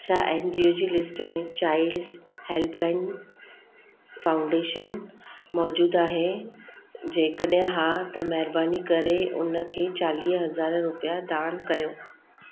छा N G O जी list में चाइल्ड हेल्पलाइन फाउंडेशन मौजूदु आहे जेकॾहिं हा त महिरबानी करे उनखे चालीह हज़ार रुपया दान कयो